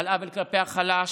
על עוול כלפי החלש